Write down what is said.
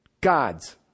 God's